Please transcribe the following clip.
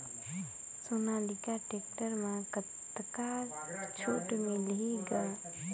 Sonalika tractor म कतका छूट मिलही ग?